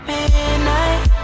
Midnight